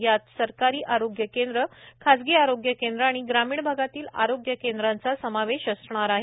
यात सरकारी आरोग्य केंद्र खासगी आरोग्य केंद्र आणि ग्रामीण भागातील आरोग्य केंद्राचा समावेश असणार आहे